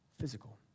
physical